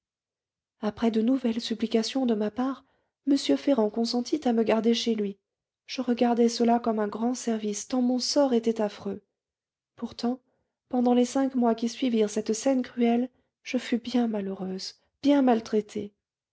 après de nouvelles supplications de ma part m ferrand consentit à me garder chez lui je regardai cela comme un grand service tant mon sort était affreux pourtant pendant les cinq mois qui suivirent cette scène cruelle je fus bien malheureuse bien maltraitée